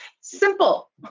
simple